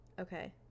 Okay